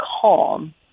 calm